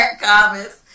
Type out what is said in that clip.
comments